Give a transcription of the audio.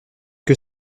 que